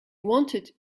wanted